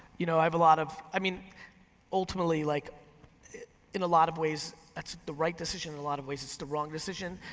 you know i have a lot of. i mean ultimately like in a lot of ways it's the right decision and a lot of ways it's the wrong decision.